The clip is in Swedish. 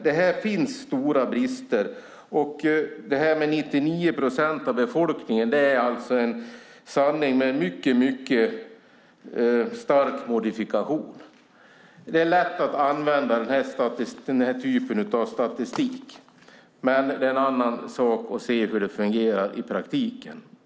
Det finns alltså stora brister, och att 99 procent av befolkningen skulle ha täckning är en sanning med mycket stark modifikation. Det är lätt att använda denna typ av statistik, men det är en annan sak att se hur det fungerar i praktiken.